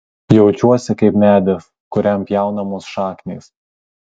jaučiuosi kaip medis kuriam pjaunamos šaknys